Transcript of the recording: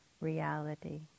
reality